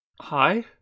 Hi